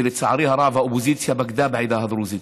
ולצערי הרב האופוזיציה בגדה בעדה הדרוזית.